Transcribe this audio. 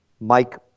Mike